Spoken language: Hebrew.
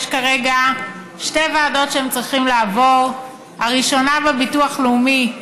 יש כרגע שתי ועדות שהם צריכים לעבור: הראשונה בביטוח לאומי,